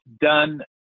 done